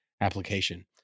application